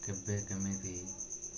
କେବେ କେମିତି